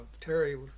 Terry